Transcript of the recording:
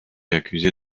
accusé